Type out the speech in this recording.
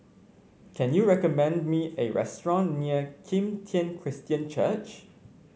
can you recommend me a restaurant near Kim Tian Christian Church